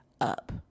up